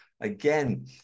again